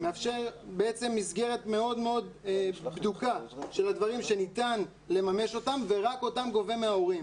‏מאפשר מסגרת מאוד בדוקה של הדברים שניתן לממש ורק אותם גובים מההורים.